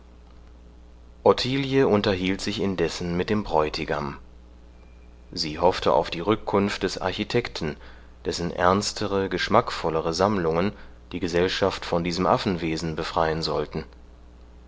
unterhielt sich indessen mit dem bräutigam sie hoffte auf die rückkunft des architekten dessen ernstere geschmackvollere sammlungen die gesellschaft von diesem affenwesen befreien sollten